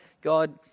God